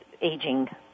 aging